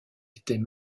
étaient